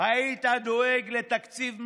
היית דואג לתקציב מדינה.